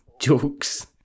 jokes